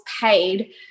paid